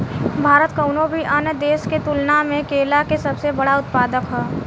भारत कउनों भी अन्य देश के तुलना में केला के सबसे बड़ उत्पादक ह